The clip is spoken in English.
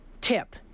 tip